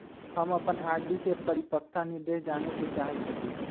हम अपन आर.डी के परिपक्वता निर्देश जाने के चाहईत हती